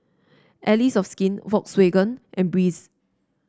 Allies of Skin Volkswagen and Breeze